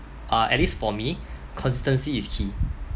uh at least for me consistency is key